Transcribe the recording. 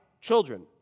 children